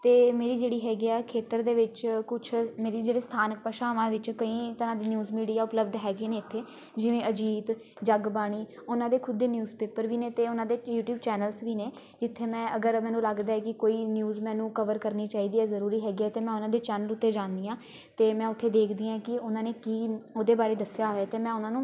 ਅਤੇ ਮੇਰੀ ਜਿਹੜੀ ਹੈਗੀ ਆ ਖੇਤਰ ਦੇ ਵਿੱਚ ਕੁਛ ਮੇਰੀ ਜਿਹੜੀ ਸਥਾਨਕ ਭਾਸ਼ਾਵਾਂ ਵਿੱਚ ਕਈ ਤਰ੍ਹਾਂ ਦੀ ਨਿਊਜ਼ ਮੀਡੀਆ ਉਪਲੱਬਧ ਹੈਗੇ ਨੇ ਇੱਥੇ ਜਿਵੇਂ ਅਜੀਤ ਜਗਬਾਣੀ ਉਹਨਾਂ ਦੇ ਖੁਦ ਦੇ ਨਿਊਜ਼ ਪੇਪਰ ਵੀ ਨੇ ਅਤੇ ਉਹਨਾਂ ਦੇ ਯੂਟੀਊਬ ਚੈਨਲਸ ਵੀ ਨੇ ਜਿੱਥੇ ਮੈਂ ਅਗਰ ਮੈਨੂੰ ਲੱਗਦਾ ਕਿ ਕੋਈ ਨਿਊਜ਼ ਮੈਨੂੰ ਕਵਰ ਕਰਨੀ ਚਾਹੀਦੀ ਆ ਜ਼ਰੂਰੀ ਹੈਗੀ ਆ ਤਾਂ ਮੈਂ ਉਹਨਾਂ ਦੇ ਚੈਨਲ ਉੱਤੇ ਜਾਂਦੀ ਆਂ ਅਤੇ ਮੈਂ ਉੱਥੇ ਦੇਖਦੀ ਹਾਂ ਕਿ ਉਹਨਾਂ ਨੇ ਕੀ ਉਹਦੇ ਬਾਰੇ ਦੱਸਿਆ ਹੋਇਆ ਅਤੇ ਮੈਂ ਉਹਨਾਂ ਨੂੰ